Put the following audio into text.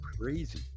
crazy